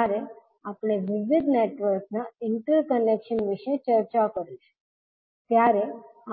જ્યારે આપણે વિવિધ નેટવર્ક્સના ઇન્ટરકનેક્શન વિશે ચર્ચા કરીશું ત્યારે